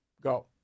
Go